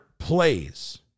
plays